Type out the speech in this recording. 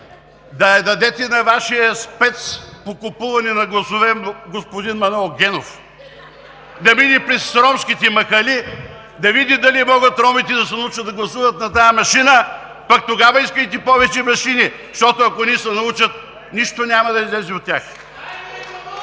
да я дадете на Вашия спец по купуване на гласове – господин Манол Генов, да мине през ромските махали, да види дали могат ромите да се научат да гласуват на тази машина, пък тогава искайте повече машини, защото, ако не се научат, нищо няма да излезе от тях. (Частични